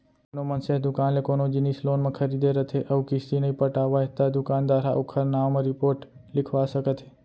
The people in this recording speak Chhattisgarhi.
कोनो मनसे ह दुकान ले कोनो जिनिस लोन म खरीदे रथे अउ किस्ती नइ पटावय त दुकानदार ह ओखर नांव म रिपोट लिखवा सकत हे